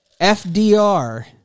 FDR